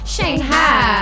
Shanghai